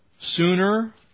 Sooner